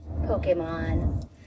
Pokemon